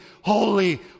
holy